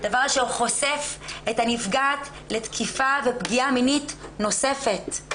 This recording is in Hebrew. דבר שחושף את הנפגעת לתקיפה ולפגיעה מינית נוספת.